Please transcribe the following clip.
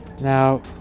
now